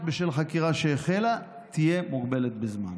בשל חקירה שהחלה תהיה מוגבלת בזמן.